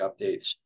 updates